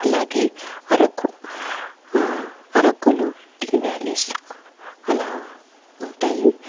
అలాగే అరకు అరకులో tea valleys అలా ఉంటాయి